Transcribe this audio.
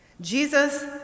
Jesus